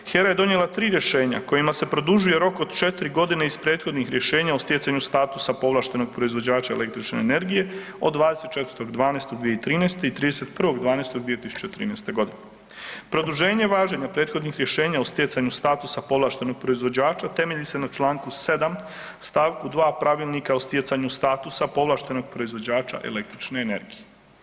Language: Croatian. HERA je donijela 3 rješenja kojima se produžuje rok od 4.g. iz prethodnih rješenja o stjecanju statusa povlaštenog proizvođača električne energije od 24.12.2013. i 31.12.2013.g. Produženje važenja prethodnih rješenja o stjecanju statusa povlaštenog proizvođača temelji se na čl. 7. st. 2. Pravilnika o stjecanju statusa povlaštenog proizvođača električne energije.